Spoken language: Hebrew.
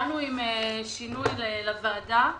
באנו עם שינוי לוועדה.